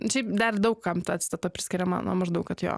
šiaip dar daug kam ta citata priskiriama na maždaug kad jo